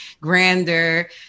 grander